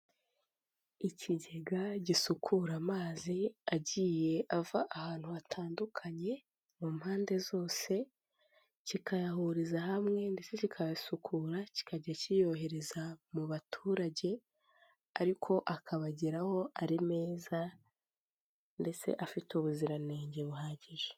Ikigega gisukura amazi agiye ava ahantu hatandukanye mu mpande zose kikayahuriza hamwe ndetse kikayasukura kikajya kiyohereza mu baturage ariko akabageraho ari meza ndetse afite ubuziranenge buhagije.